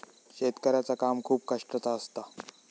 शेतकऱ्याचा काम खूप कष्टाचा असता